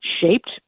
shaped